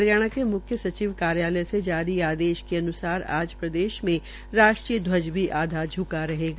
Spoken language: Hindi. हरियाणा के मुख्य सचिव कार्यालय से जारी आदेश के अनुसार आज प्रदेश में राष्ट्य घ्वज आधा झुका रहेगा